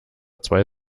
zwei